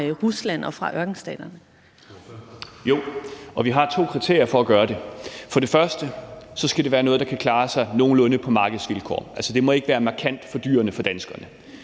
13:38 Peter Kofod (DF): Jo. Og vi har to kriterier for at gøre det. For det første skal det være noget, der kan klare sig nogenlunde på markedsvilkår, altså det må ikke være markant fordyrende for danskerne.